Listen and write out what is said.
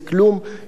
יהיה לחץ,